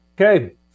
Okay